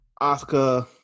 Oscar